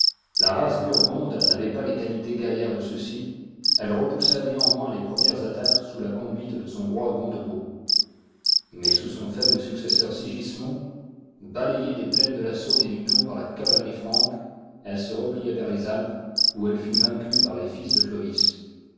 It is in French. la race burgonde n'avait pas les qualités guerrières de ceux-ci elle repoussa néanmoins les premières attaques sous la conduite de son roi gondebaud mais sous son faible successeur sigismond balayée des plaines de la saône et du doubs par la cavalerie franque elle se replia vers les alpes où elle fut vaincue par les fils de clovis